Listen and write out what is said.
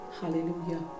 hallelujah